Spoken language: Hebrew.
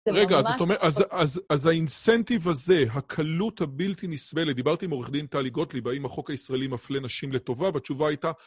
רגע, זאת אומרת, אז ה incentive הזה, הקלות הבלתי נסבלת, דיברתי עם עורך דין טלי גוטליב, האם החוק הישראלי מפלה נשים לטובה, והתשובה הייתה...